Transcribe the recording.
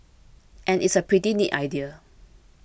and it's a pretty neat idea